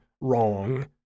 wrong